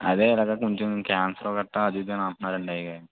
అదే ఇలాగ కొంచెం క్యాన్సర్ గట్ర అదీ ఇదీ అంటున్నారు అండి